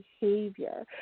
behavior